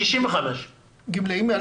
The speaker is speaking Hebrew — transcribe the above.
מעל